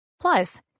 Plus